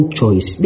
choice